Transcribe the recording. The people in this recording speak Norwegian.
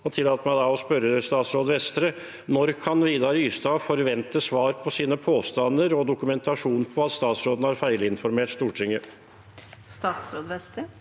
Tillat meg da å spørre statsråd Vestre: Når kan Vidar Ystad forvente svar på sine påstander om og dokumentasjonen på at statsråden har feilinformert Stortinget?